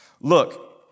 Look